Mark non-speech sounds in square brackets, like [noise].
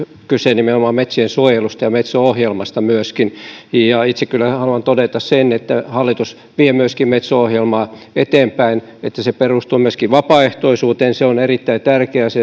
kyse nimenomaan metsiensuojelusta ja metso ohjelmasta myöskin ja itse kyllä haluan todeta sen että hallitus vie myöskin metso ohjelmaa eteenpäin se että se perustuu myöskin vapaaehtoisuuteen on erittäin tärkeää se [unintelligible]